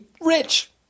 rich